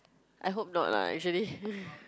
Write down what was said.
I hope not lah usually